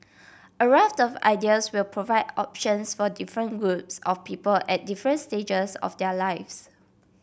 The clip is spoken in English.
a raft of ideas will provide options for different groups of people at different stages of their lives